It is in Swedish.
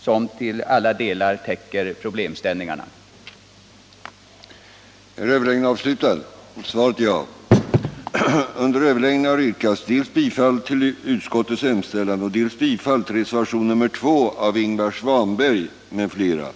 Den debatten täckte problemställningarna på alla punkter.